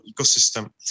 ecosystem